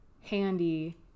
handy